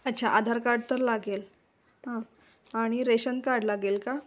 अच्छा आधार कार्ड तर लागेल हां आणि रेशन कार्ड लागेल का